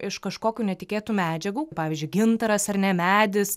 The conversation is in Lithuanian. iš kažkokių netikėtų medžiagų pavyzdžiui gintaras ar ne medis